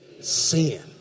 Sin